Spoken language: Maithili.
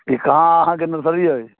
ई कहाँ अहाँकेँ नर्सरी अइ